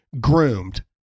groomed